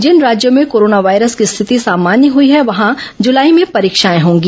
जिन राज्यों में corona virus की स्थिति सामान्य हुई है वहां जुलाई में परीक्षाएं होंगी